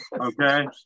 okay